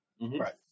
Right